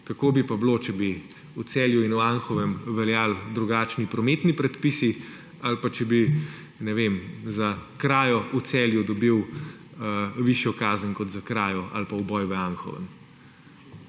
Kako bi pa bilo, če bi v Celju in Anhovem veljali drugačni prometni predpisi ali pa če bi, ne vem, za krajo v Celju dobil višjo kazen, kot za krajo ali pa uboj v Anhovem.